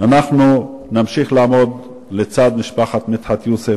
אנחנו נמשיך לעמוד לצד משפחת מדחת יוסף,